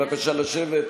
בבקשה לשבת.